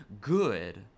good